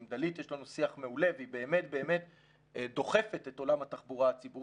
עם דלית יש לנו שיח מעולה והיא באמת דוחפת את עולם התחבורה הציבורית,